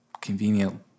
convenient